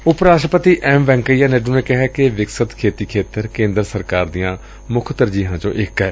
ਉਪ ਰਾਸ਼ਟਰਪਤੀ ਐਮ ਵੈਂਕਈਆ ਨਾਇਡੁ ਨੇ ਕਿਹੈ ਕਿ ਵਿਕਸਿਤ ਖੇਤੀ ਖੇਤਰ ਕੇਂਦਰ ਸਰਕਾਰ ਦੀਆਂ ਮੁੱਖ ਤਰਜੀਹਾਂ ਵਿਚੋਂ ਇਕ ਏ